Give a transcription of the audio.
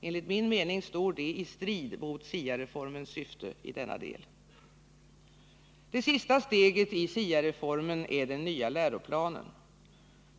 Enligt min mening står detta i strid mot SIA-reformens syfte i denna del. Det sista steget i SIA-reformen är den nya läroplanen.